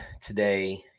today